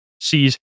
sees